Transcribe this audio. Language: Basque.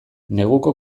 neguko